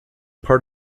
part